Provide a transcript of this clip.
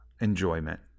enjoyment